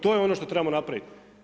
To je ono što trebamo napraviti.